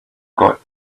got